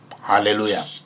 Hallelujah